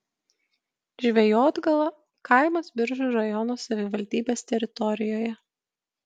žvejotgala kaimas biržų rajono savivaldybės teritorijoje